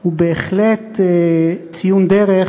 הוא בהחלט ציון דרך,